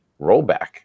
rollback